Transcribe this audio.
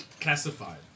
classified